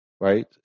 right